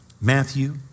Matthew